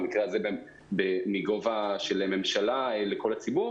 במקרה הזה מגובה של ממשלה לכל הציבור.